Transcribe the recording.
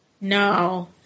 No